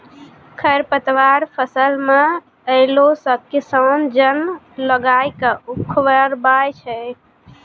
खरपतवार फसल मे अैला से किसान जन लगाय के उखड़बाय छै